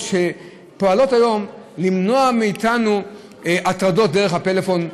שפועלות היום למנוע הטרדות שלנו דרך הפלאפון.